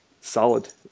solid